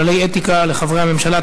כללי אתיקה לחברי הממשלה),